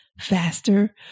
faster